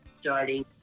starting